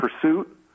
pursuit